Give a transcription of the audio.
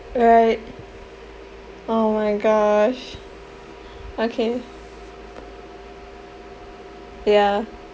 right oh my gosh okay ya